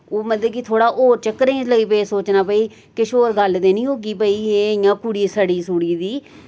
ओह् मतलब कि थोह्ड़ा होर चक्करें लगी पे सोचना भई किश होर गल्ल ते नि होगी भई एह् इयां कुड़ी सड़ी सूड़ी दी